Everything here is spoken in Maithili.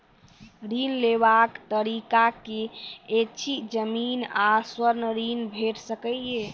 ऋण लेवाक तरीका की ऐछि? जमीन आ स्वर्ण ऋण भेट सकै ये?